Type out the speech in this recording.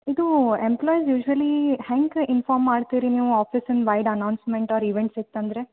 ಇದು employees usually ಹೆಂಗೆ inform ಮಾಡ್ತೀರಿ ನೀವು ಆಫೀಸಿನ ವೈಡ್ ಅನೌನ್ಸ್ಮೆಂಟ್ ಆರ್ ಈವೆಂಟ್ಸ್ ಇತ್ತು ಅಂದರೆ